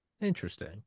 Interesting